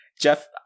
Jeff